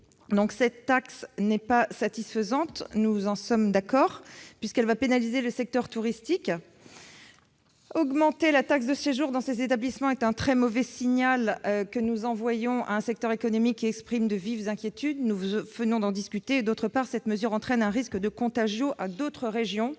Cette taxe n'est pas satisfaisante, nous en sommes d'accord, puisqu'elle va pénaliser le secteur touristique. Augmenter la taxe de séjour dans les établissements hôteliers, c'est envoyer un très mauvais signal à un secteur économique qui exprime de vives inquiétudes. Nous venons d'en discuter. Par ailleurs, cette mesure présente un risque de contagion à d'autres régions,